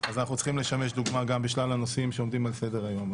אז אנחנו צריכים לשמש דוגמה גם בשלל הנושאים שעומדים על סדר-היום.